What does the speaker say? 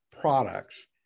products